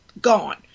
gone